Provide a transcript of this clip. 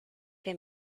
que